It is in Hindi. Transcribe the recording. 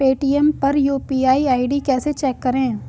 पेटीएम पर यू.पी.आई आई.डी कैसे चेक करें?